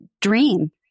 dream